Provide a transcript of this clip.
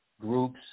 groups